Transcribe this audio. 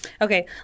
Okay